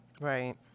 Right